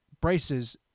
braces